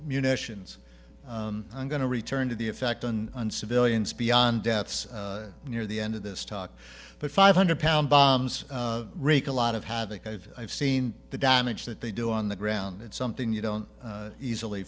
munitions i'm going to return to the effect on on civilians beyond deaths near the end of this talk but five hundred pound bombs rake a lot of havoc i've i've seen the damage that they do on the ground it's something you don't easily